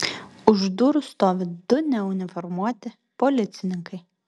už durų stovi du neuniformuoti policininkai